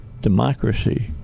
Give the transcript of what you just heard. democracy